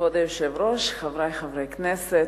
כבוד היושב-ראש, חברי חברי הכנסת,